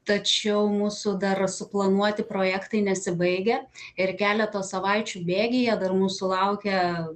tačiau mūsų dar suplanuoti projektai nesibaigia ir keleto savaičių bėgyje dar mūsų laukia